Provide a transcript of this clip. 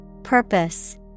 Purpose